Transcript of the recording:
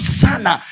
sana